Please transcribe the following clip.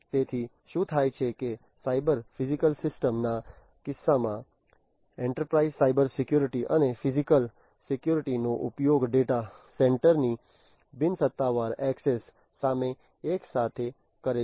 તેથી શું થાય છે કે સાયબર ફિઝિકલ સિસ્ટમ ના કિસ્સામાં એન્ટરપ્રાઇઝ સાયબરસિક્યુરિટી અને ફિઝિકલ સિક્યુરિટીનો ઉપયોગ ડેટા સેન્ટર્સ ની બિનસત્તાવાર ઍક્સેસ સામે એકસાથે કરે છે